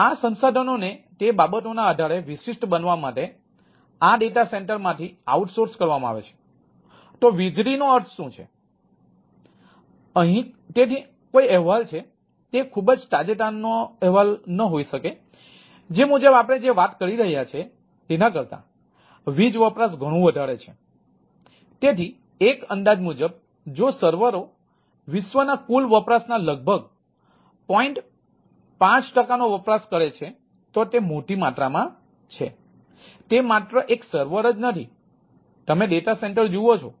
તેથી આ સંસાધનોને તે બાબતોના આધારે વિશિષ્ટ બનવા માટે આ ડેટાસેન્ટર જ નથી તમે ડેટા સેન્ટર જુઓ છો